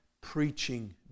preaching